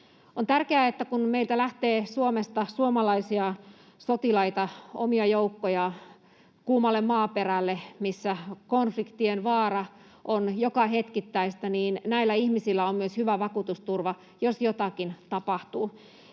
On tärkeää, että kun meiltä Suomesta lähtee suomalaisia sotilaita, omia joukkoja kuumalle maaperälle, missä konfliktien vaara on jokahetkistä, niin näillä ihmisillä on myös hyvä vakuutusturva, jos jotakin tapahtuu.